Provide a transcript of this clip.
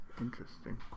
Interesting